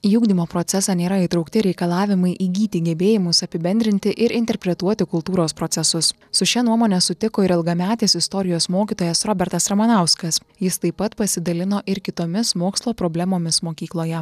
į ugdymo procesą nėra įtraukti reikalavimai įgyti gebėjimus apibendrinti ir interpretuoti kultūros procesus su šia nuomone sutiko ir ilgametis istorijos mokytojas robertas ramanauskas jis taip pat pasidalino ir kitomis mokslo problemomis mokykloje